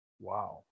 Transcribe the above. Wow